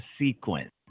sequence